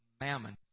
mammon